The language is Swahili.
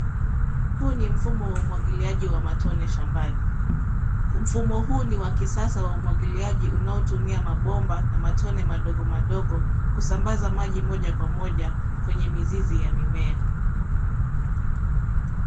Huu ni mfumo wa umwagiliaji wa matone shambani. Mfumo huu ni wa kisasa wa umwagiliaji unaotumia mabomba na matone madogo madogo kusambaza maji moja kwa moja kwenye mizizi ya mimea.